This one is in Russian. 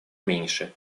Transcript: меньше